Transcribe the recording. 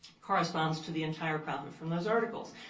corresponds to the entire profit from those articles.